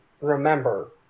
remember